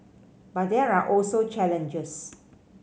but there are also challenges